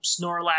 Snorlax